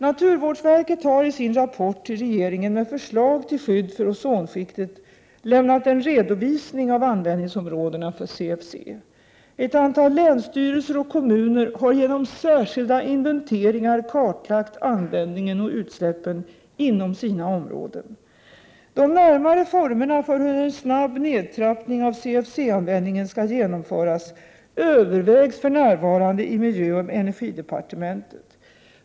Naturvårdsverket har i sin rapport till regeringen med förslag till skydd för ozonskiktet lämnat en redovisning av användningsområdena för CFC. Ett antal länsstyrelser och kommuner har genom särskilda inventeringar kartlagt användningen och utsläppen inom sina områden. De närmare formerna för hur en snabb nedtrappning av CFC-användningen skall genomföras övervägs för närvarande i miljöoch energidepartementet.